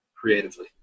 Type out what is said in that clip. creatively